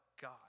God